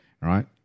right